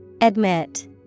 Admit